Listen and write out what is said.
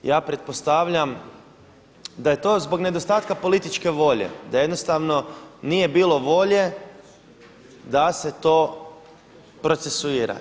Ja pretpostavljam da je to zbog nedostatka političke volje, da jednostavno nije bilo volje da se to procesuira.